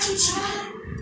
રણ છે